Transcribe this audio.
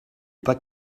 pas